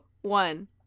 One